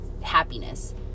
happiness